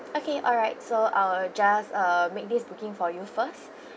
okay alright so I'll just uh make this booking for you first